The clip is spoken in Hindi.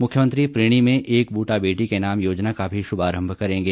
मुख्यमंत्री प्रीणी में एक बटा बेटी के नाम योजना का भी शुभारंभ करेंगे